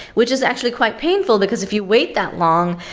which is actually quite painful, because if you wait that long,